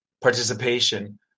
participation